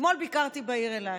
אתמול ביקרתי בעיר אילת.